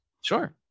Sure